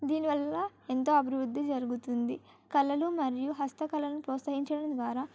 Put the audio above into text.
దీనివల్ల ఎంతో అభివృద్ధి జరుగుతుంది కళలు మరియు హస్త కళలను ప్రోత్సహించడం ద్వారా